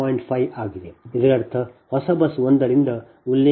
5 ಆಗಿದೆ ಇದರರ್ಥ ಹೊಸ ಬಸ್ ಒಂದರಿಂದ ಉಲ್ಲೇಖ ಬಸ್ ಒಂದಕ್ಕೆ ಏನೂ ಇಲ್ಲ